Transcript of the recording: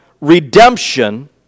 redemption